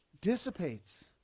dissipates